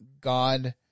God